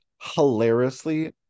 hilariously